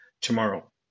tomorrow